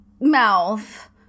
mouth